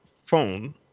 phone